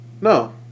No